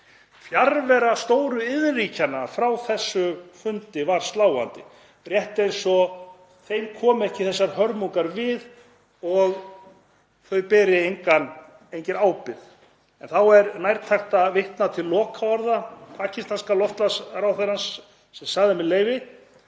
Fjarvera stóru iðnríkjanna frá þessu fundi var sláandi, rétt eins og þeim komi ekki þessar hörmungar við og þau beri engin ábyrgð. Þá er nærtækt að vitna til lokaorða pakistanska loftslagsráðherrans sem sagði: Það